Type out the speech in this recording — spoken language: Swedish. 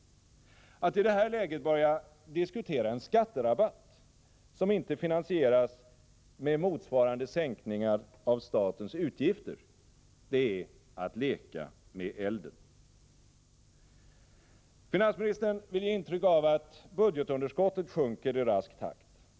Att i detta läge börja diskutera en skatterabatt, som inte finansieras med motsvarande sänkning av statens utgifter, är att leka med elden. Finansministern vill ge intryck av att budgetunderskottet sjunker i rask takt.